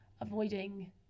avoiding